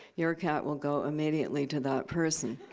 your cat will go immediately to that person.